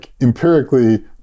empirically